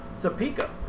Topeka